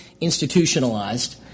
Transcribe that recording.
institutionalized